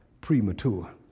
premature